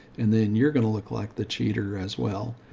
and then you're going to look like the cheater as well.